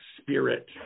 spirit